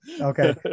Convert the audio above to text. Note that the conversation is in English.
okay